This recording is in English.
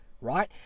right